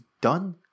done